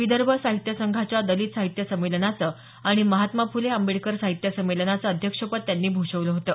विदर्भ साहित्य संघाच्या दलित साहित्य संमेलनाचं आणि महात्मा फुले आंबेडकर साहित्य संमेलनाचं अध्यक्ष पद त्यांनी भूषवल होतं